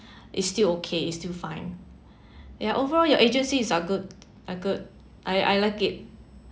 it's still okay is still fine ya overall your agency is uh good uh good I I like it